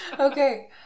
Okay